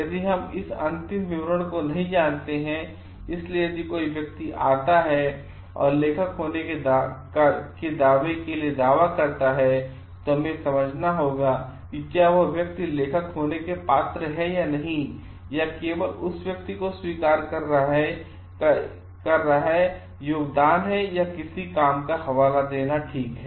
यदि हम इस अंतिम विवरण को नहीं जानते हैं इसलिए यदि कोई व्यक्ति आता है और लेखक होने के दावे के लिए दावा करता है तो हमें यह समझना होगा कि क्या वह व्यक्ति लेखक होने के लिए पात्र है या नहीं या केवल उस व्यक्ति को स्वीकार कर रहा है योगदान है या किसी के काम का हवाला देना ठीक है